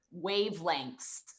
wavelengths